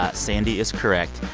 ah sandy is correct.